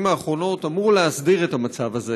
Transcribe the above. האחרונות אמור להסדיר את המצב הזה,